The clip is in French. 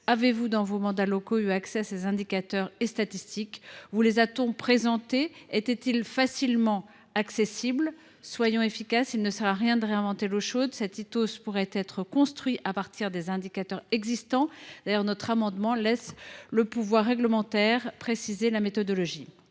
avez vous déjà eu accès à ces indicateurs et statistiques ? Vous les a t on présentés ? Étaient ils facilement accessibles ? Soyons efficaces ! Il ne sert à rien de réinventer l’eau chaude. Cet Itos pourrait être construit à partir des indicateurs existants. D’ailleurs, notre amendement laisse le pouvoir réglementaire préciser la méthodologie.